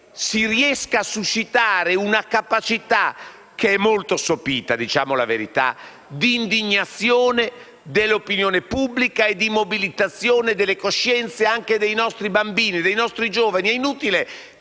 riuscire a suscitare una capacità (molto sopita, diciamo la verità), di indignazione dell'opinione pubblica e di mobilitazione delle coscienze, anche dei nostri bambini e dei nostri giovani. È inutile